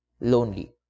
lonely